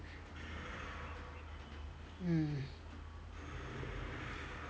mm